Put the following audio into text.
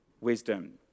wisdom